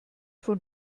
von